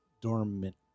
dormant